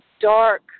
dark